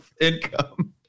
income